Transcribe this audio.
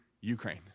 Ukraine